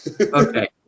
Okay